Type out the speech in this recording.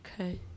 Okay